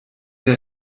der